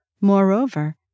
Moreover